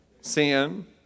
Sin